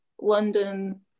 London